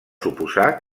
suposar